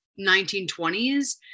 1920s